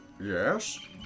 Yes